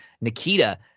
Nikita